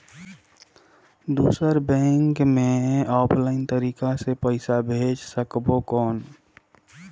दुसर बैंक मे ऑफलाइन तरीका से पइसा भेज सकबो कौन?